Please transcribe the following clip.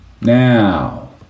Now